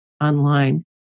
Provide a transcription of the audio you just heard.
online